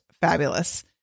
fabulous